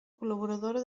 col·laboradora